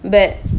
but